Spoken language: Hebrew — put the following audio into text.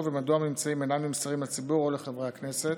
ומדוע הממצאים אינם נמסרים לציבור או לחברי הכנסת.